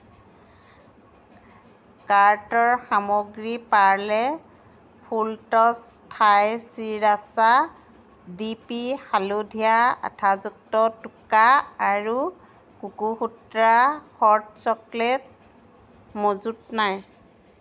কাৰ্টৰ সামগ্ৰী Parle full toss Thai sriracha D P হালধীয়া আঠাযুক্ত টোকা আৰু কোকোসুত্ৰা হট চকলেট মজুত নাই